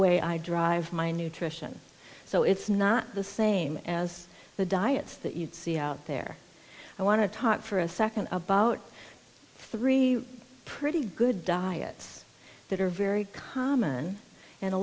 way i drive my nutrition so it's not the same as the diets that you'd see out there i want to talk for a second about three pretty good diets that are very common and a